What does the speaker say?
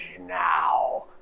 now